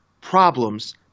problems